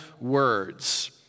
words